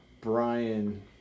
Brian